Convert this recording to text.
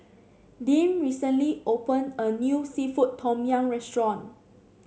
Dink recently opened a new seafood Tom Yum restaurant